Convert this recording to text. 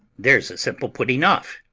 there's a simple putting off.